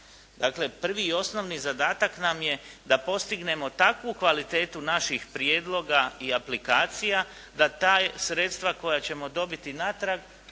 Dakle, prvi i osnovni zadatak nam je da postignemo takvu kvalitetu naših prijedloga i aplikacija da ta sredstva koja ćemo dobiti natrag